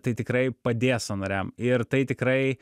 tai tikrai padės sąnariam ir tai tikrai